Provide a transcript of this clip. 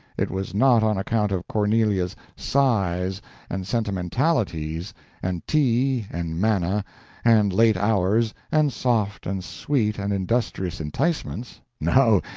it was not on account of cornelia's sighs and sentimentalities and tea and manna and late hours and soft and sweet and industrious enticements no,